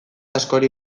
askori